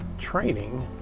training